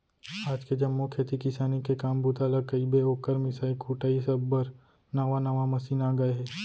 आज के जम्मो खेती किसानी के काम बूता ल कइबे, ओकर मिंसाई कुटई सब बर नावा नावा मसीन आ गए हे